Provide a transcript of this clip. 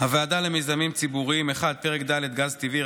הוועדה למיזמים ציבוריים: פרק ד' גז טבעי,